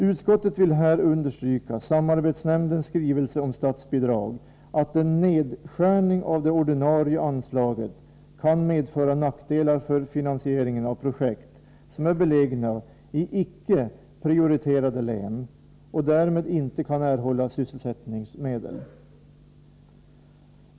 Utskottet vill här understryka vad som anförts i samarbetsnämndens skrivelse om statsbidrag — att en nedskärning av det ordinarie anslaget kan medföra nackdelar för finansieringen av projekt som är belägna i ickeprioriterade län och som därmed inte kan erhålla sysselsättningsmedel.